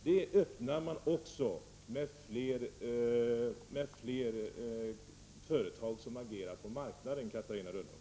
Det öppnar man också för med fler företag som agerar på marknaden, Catarina Rönnung.